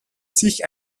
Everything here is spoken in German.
sich